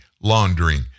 laundering